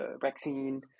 vaccine